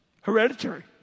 hereditary